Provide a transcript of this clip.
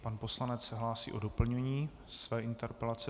Pan poslanec se hlásí o doplnění své interpelace.